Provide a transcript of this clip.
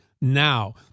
now